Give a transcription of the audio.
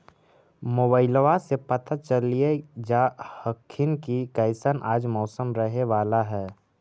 मोबाईलबा से पता चलिये जा हखिन की कैसन आज मौसम रहे बाला है?